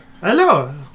Hello